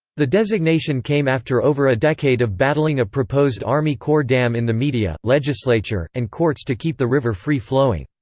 the designation came after over a decade of battling a proposed army corps dam in the media, legislature, and courts to keep the river free flowing.